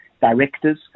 directors